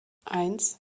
eins